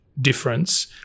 difference